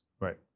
Right